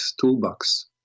Toolbox